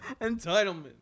Entitlement